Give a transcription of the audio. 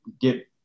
get